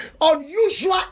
unusual